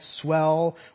swell